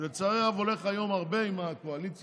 שלצערי הרב הולך היום הרבה עם הקואליציה,